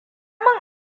min